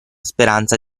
speranza